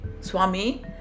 Swami